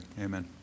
Amen